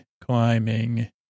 climbing